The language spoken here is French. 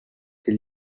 elle